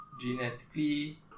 genetically